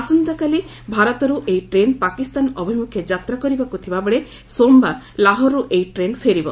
ଆସନ୍ତାକାଲି ଭାରତରୁ ଏହି ଟ୍ରେନ ପାକିସ୍ତାନ ଅଭିମୁଖେ ଯାତ୍ରା କରବାକୁ ଥିବାବେଳେ ସୋମବାର ଲାହୋରରୁ ଏହି ଟ୍ରେନ ଫେରିବ